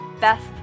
best